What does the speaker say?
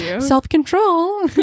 self-control